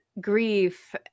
grief